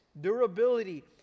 durability